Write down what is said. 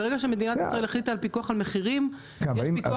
ברגע שמדינת ישראל החליטה על פיקוח על מחירים יש פיקוח